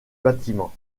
bâtiment